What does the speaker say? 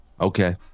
Okay